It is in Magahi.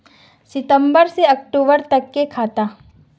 सितम्बर से अक्टूबर तक के खाता?